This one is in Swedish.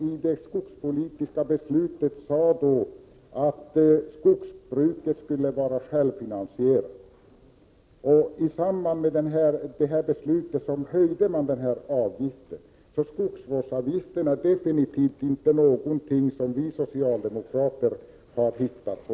I det skogspolitiska beslut som då togs sades att skogsbruket skulle vara självfinansierande. I samband med detta beslut höjdes också skogsvårdsavgiften. Skogsvårdsavgiften är alltså definitivt inte något som vi socialdemokrater har hittat på.